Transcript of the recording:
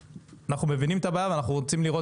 אנחנו מבינים את הביעה ואנחנו רוצים לראות